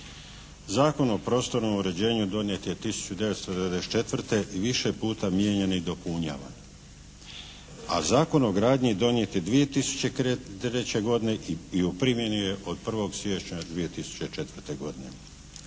Zakon o prostornom uređenju donijet je 1994. i više puta mijenjan i dopunjavan, a Zakon o gradnji donijet je 2003. godine i u primjeni je od 1. siječnja 2004. godine.